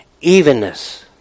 evenness